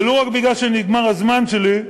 ולו רק מפני שנגמר הזמן שלי,